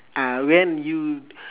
uh when you